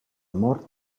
mort